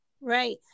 Right